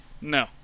no